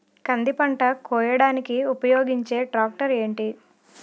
కంది పంట కోయడానికి ఉపయోగించే ట్రాక్టర్ ఏంటి?